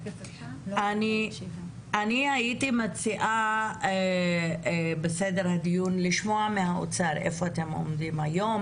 אני מציעה לשמוע מהאוצר איפה הם עומדים היום,